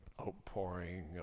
outpouring